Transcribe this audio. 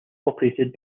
operated